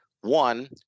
One